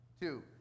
Two